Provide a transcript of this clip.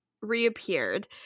reappeared